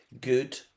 good